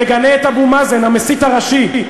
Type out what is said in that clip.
תגנה את אבו מאזן, המסית הראשי.